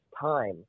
time